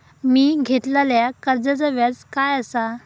मी घेतलाल्या कर्जाचा व्याज काय आसा?